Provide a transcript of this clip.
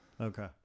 Okay